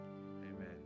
Amen